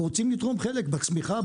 אנחנו רוצים לתרום חלק בצמיחה,